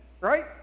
right